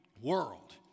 world